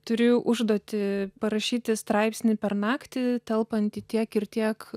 turiu užduotį parašyti straipsnį per naktį telpantį tiek ir tiek